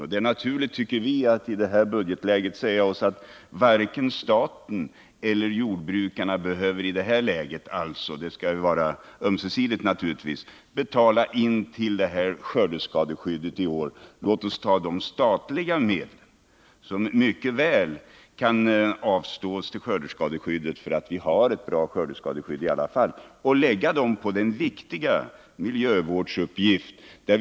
I det nuvarande budgetläget vore det naturliga att varken staten eller jordbrukarna — det skall givetvis vara ömsesidigt — behövde betala in till skördeskadeskyddet i år. Låt oss ta av de statliga medel som är avsedda för skördeskadeskyddet men som mycket väl kan avstås — vi har ändå ett bra skördeskadeskydd — och lägga dessa pengar på den viktiga miljövårdsuppgift som vattenvården är.